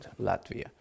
Latvia